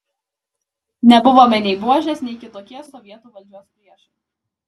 nebuvome nei buožės nei kitokie sovietų valdžios priešai